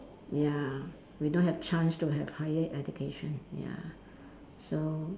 ya we don't have chance to have higher education ya so